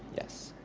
yes.